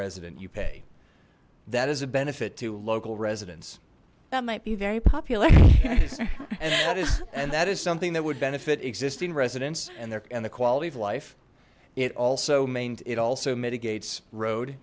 resident you pay that is a benefit to local residents that might be very popular and that is something that would benefit existing residents and their and the quality of life it also made it also